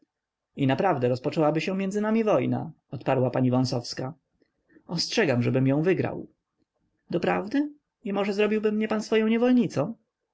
i naprawdę rozpoczęłaby się między nami wojna odparła pani wąsowska ostrzegam żebym ją wygrał doprawdy i może zrobiłby mnie pan swoją niewolnicą